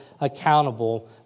accountable